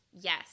Yes